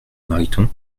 mariton